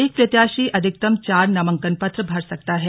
एक प्रत्याशी अधिकतम चार नामांकन पत्र भर सकता है